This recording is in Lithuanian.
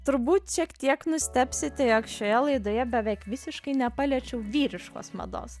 turbūt šiek tiek nustebsite jog šioje laidoje beveik visiškai nepaliečiau vyriškos mados